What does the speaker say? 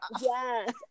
Yes